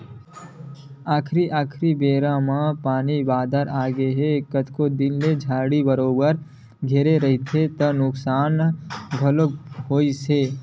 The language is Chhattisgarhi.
आखरी आखरी बेरा म पानी बादर आगे कतको दिन ले झड़ी बरोबर धरे रिहिस हे त नुकसान घलोक होइस हे